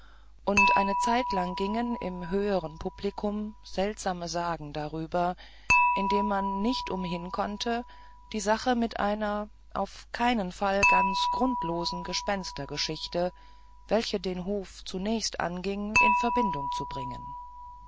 und eine zeitlang gingen im höhern publikum seltsame sagen darüber indem man nicht umhin konnte die sache mit einer auf keinen fall ganz grundlosen gespenstergeschichte welche den hof zunächst anging in verbindung zu bringen